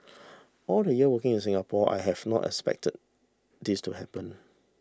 all the years working in Singapore I have not expected this to happen